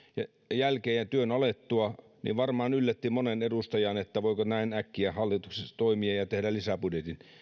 jälkeen ja työn alettua varmaan yllätti monen edustajan että voiko näin äkkiä hallituksessa toimia ja tehdä lisäbudjetin